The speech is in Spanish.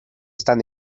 están